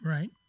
Right